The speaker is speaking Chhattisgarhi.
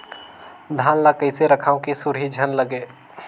धान ल कइसे रखव कि सुरही झन लगे?